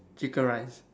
chicken rice